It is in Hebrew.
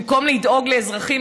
במקום לדאוג לאזרחים,